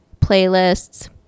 playlists